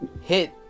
hit